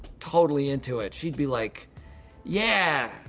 totally into it. she'd be like yeah,